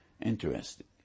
Interesting